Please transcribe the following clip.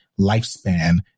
lifespan